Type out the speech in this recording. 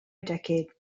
decade